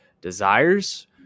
desires